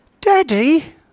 daddy